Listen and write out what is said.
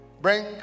bring